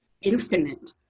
infinite